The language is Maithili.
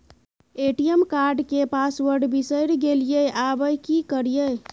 ए.टी.एम कार्ड के पासवर्ड बिसरि गेलियै आबय की करियै?